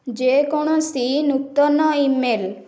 ଯେକୌଣସି ନୂତନ ଇମେଲ୍